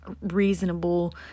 reasonable